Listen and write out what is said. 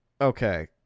Okay